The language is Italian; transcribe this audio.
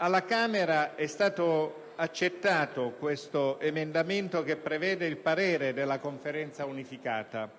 Alla Camera è stato accettato l'emendamento che prevede il parere della Conferenza unificata,